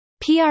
PR